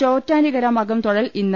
ചോറ്റാനിക്കര മകം തൊഴൽ ഇന്ന്